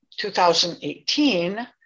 2018